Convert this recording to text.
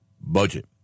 budget